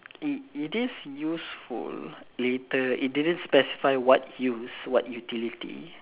it it is useful later it didn't specify what use what utility